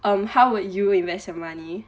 um how would you invest your money